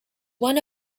one